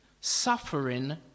suffering